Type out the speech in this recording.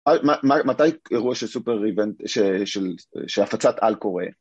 מתי אירוע של סופר איבנט שהפצת על קורה?